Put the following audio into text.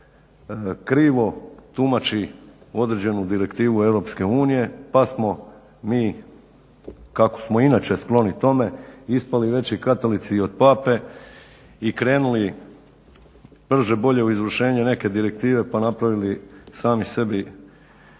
krivo tumači određenu Direktivu EU pa smo mi kako smo inače skloni tome ispali veći katolici i od Pape i krenuli brže bolje u izvršenje neke direktive pa napravili sami sebi